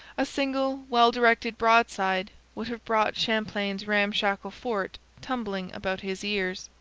a single well-directed broadside would have brought champlain's ramshackle fort tumbling about his ears.